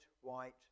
white